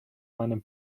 meinem